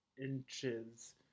inches